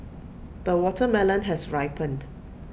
the watermelon has ripened